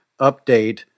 update